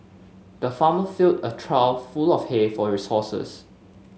the farmer filled a trough full of hay for your horses